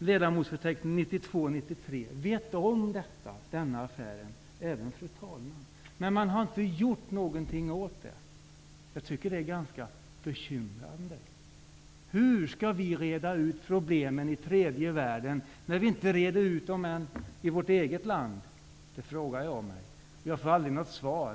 ledamotsförteckning för 1992/93 vet om denna affär, även fru talmannen. Men man har inte gjort någonting åt den. Jag tycker att det är ganska bekymmersamt. Hur skall vi reda ut problemen i tredje världen, när vi inte reder ut dem i vårt eget land? Jag får aldrig något svar.